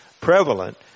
prevalent